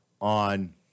on